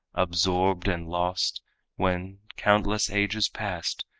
absorbed and lost when, countless ages passed,